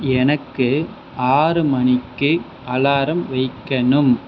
எனக்கு ஆறு மணிக்கு அலாரம் வைக்கணும்